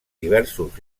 diversos